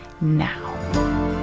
now